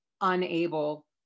unable